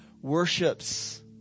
Worships